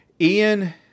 Ian